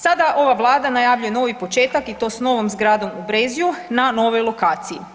Sada ova Vlada najavljuju novi početak i to s novom zgradom u Brezju na novoj lokaciji.